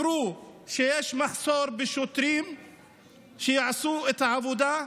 אמרו שיש מחסור בשוטרים שיעשו את העבודה.